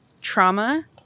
trauma